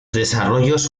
desarrollos